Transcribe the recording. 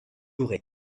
ray